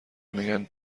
میگن